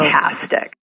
fantastic